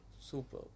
Super